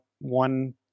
one